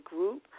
Group